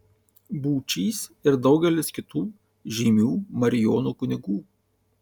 būčys ir daugelis kitų žymių marijonų kunigų